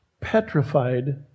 petrified